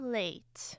late